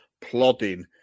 plodding